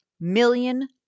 million